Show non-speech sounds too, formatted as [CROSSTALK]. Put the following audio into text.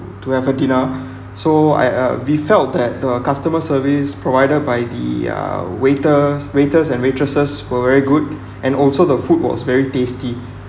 to have a dinner [BREATH] so I uh we felt that the customer service provided by the uh waiters waiters and waitresses were very good and also the food was very tasty